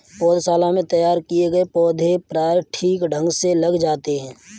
पौधशाला में तैयार किए गए पौधे प्रायः ठीक ढंग से लग जाते हैं